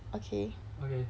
okay 这样子 bye bye